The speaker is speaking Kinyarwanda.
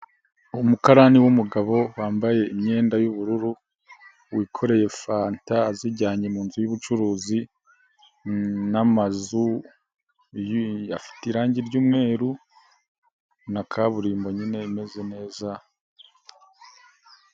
Umukarani w'umugabo wambaye imyenda y'ubururu, wikoreye fanta azijyanye mu nzu y'ubucuruzi , inzu ifite irangi ry'umweru na kaburimbo imeze neza.